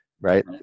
right